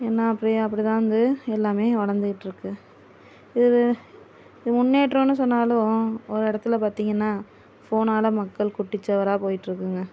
ஏன்னால் அப்படியே அப்படி தான் வந்து எல்லாமே வளர்ந்துகிட்ருக்கு இது இது முன்னேற்றமென்னு சொன்னாலும் ஒரு இடத்துல பார்த்தீங்கன்னா ஃபோனால் மக்கள் குட்டி சுவரா போயிகிட்ருக்குங்க